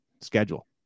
schedule